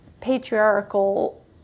patriarchal